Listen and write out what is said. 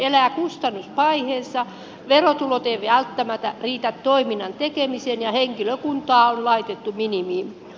verotulot eivät välttämättä riitä toiminnan tekemiseen ja henkilökuntaa on laitettu minimiin